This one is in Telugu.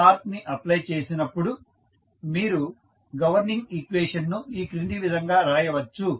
మరియు టార్క్ ని అప్ప్లై చేసినపుడు మీరు గవర్నింగ్ ఈక్వేషన్ ను ఈ క్రింది విధంగా రాయవచ్చు